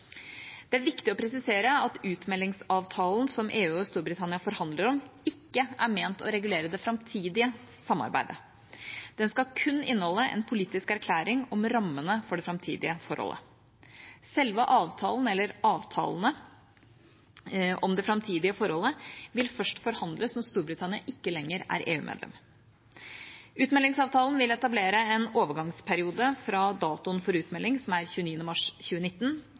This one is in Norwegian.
Det er viktig å presisere at utmeldingsavtalen som EU og Storbritannia forhandler om, ikke er ment å regulere det framtidige samarbeidet. Den skal kun inneholde en politisk erklæring om rammene for det framtidige forholdet. Selve avtalen, eller avtalene, om det framtidige forholdet vil først forhandles når Storbritannia ikke lenger er EU-medlem. Utmeldingsavtalen vil etablere en overgangsperiode fra datoen for utmelding, som er 29. mars 2019,